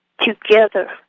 together